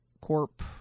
corp